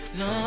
no